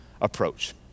approach